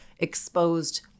exposed